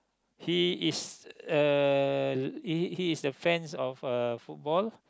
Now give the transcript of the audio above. he is a he he is a fans of uh football